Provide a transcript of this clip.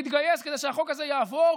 תתגייס כדי שהחוק הזה יעבור,